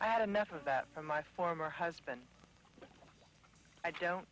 i had enough of that from my former husband i don't